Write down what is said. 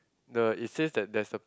the it says that that's a